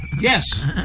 Yes